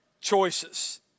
choices